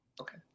Okay